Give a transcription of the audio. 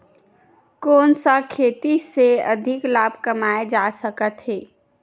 कोन सा खेती से अधिक लाभ कमाय जा सकत हे?